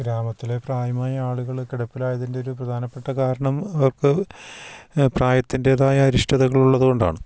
ഗ്രാമത്തിലേ പ്രായമായ ആളുകൾ കിടപ്പിലായതിൻ്റെ ഒരു പ്രധാനപ്പെട്ട കാരണം അവർക്ക് പ്രായത്തിൻ്റേതായ അനിഷ്ടതകൾ ഉള്ളതുകൊണ്ടാണ്